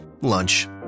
Lunch